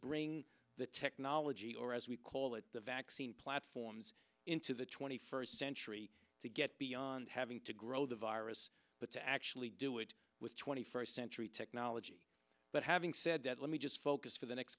bring the technology or as we call it the vaccine platforms into the twenty first century to get beyond having to grow the virus but to actually do it with twenty first century technology but having said that let me just focus for the next